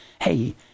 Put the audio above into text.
hey